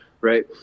right